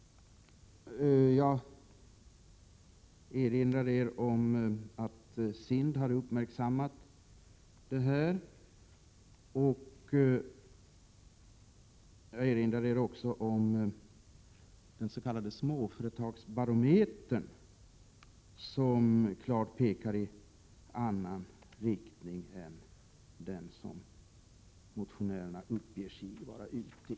Jag vill erinra om att SIND har uppmärksammat detta. Dessutom vill jag erinra om den s.k. småföretagsbarometern, som klart pekar i en annan riktning än den som motionärerna uppger sig vara ute i.